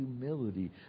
humility